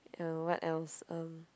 uh what else um